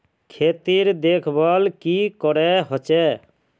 खेतीर देखभल की करे होचे?